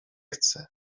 chcę